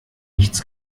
nichts